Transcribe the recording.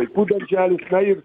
vaikų darželių na ir